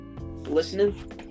listening